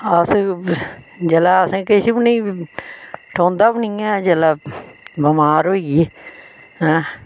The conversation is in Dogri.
अस जेल्लै असें किश बी निं ठौंदा बी निं ऐ जेल्लै बमार होई गे ऐं